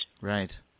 Right